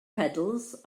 pedals